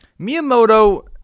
Miyamoto